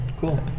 Cool